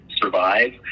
survive